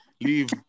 leave